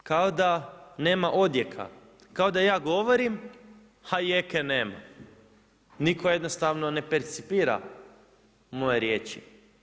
I kao da nema odjeka, kao da je govorim, a jeke nema, nitko jednostavno ne percipira moje riječi.